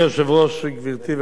גברתי ורבותי חברי הכנסת,